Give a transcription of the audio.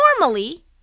Normally